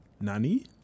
Nani